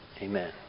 Amen